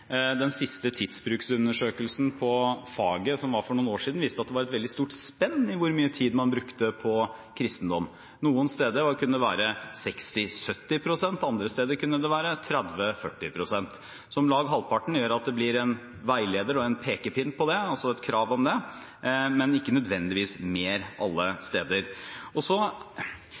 Den siste tidsbruksundersøkelsen om faget, som var for noen år siden, viste at det var et veldig stort spenn i hvor mye tid man brukte på kristendom. Noen steder kunne det være 60–70 pst., andre steder kunne det være 30–40 pst. Så om lag halvparten gjør at det blir en veileder og en pekepinn på det, altså et krav om det, men ikke nødvendigvis mer alle